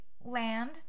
land